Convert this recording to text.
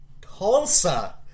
Tulsa